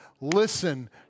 Listen